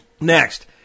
Next